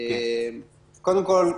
קודם כול,